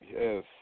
Yes